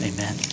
Amen